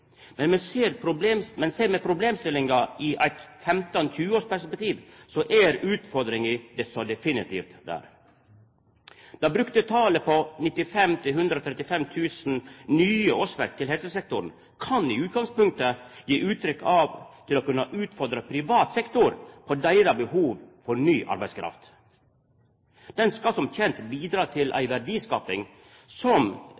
men ser me problemstillinga i eit 15–20-årsperspektiv, er utfordringa så definitivt der. Det brukte talet på 95 000–135 000 nye årsverk i helsesektoren kan i utgangspunktet gje uttrykk for at ein kan utfordra privat sektor på deira behov for ny arbeidskraft. Den skal som kjent bidra til ei verdiskaping som